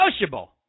negotiable